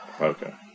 Okay